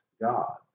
God